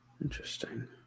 interesting